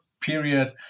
period